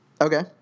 Okay